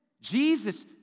Jesus